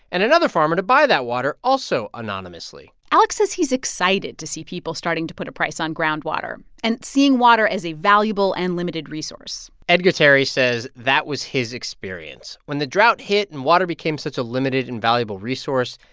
and another farmer to buy that water, also anonymously alex says he's excited to see people starting to put a price on groundwater and seeing water as a valuable and limited resource edgar terry says that was his experience. when the drought hit and water became such a limited and valuable resource,